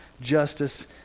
justice